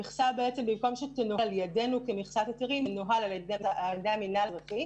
המכסה במקום שתנוהל על ידינו כמכסת היתרים תנוהל על ידי המינהל האזרחי